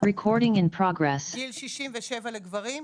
גיל 67 לגברים,